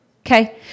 Okay